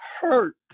hurt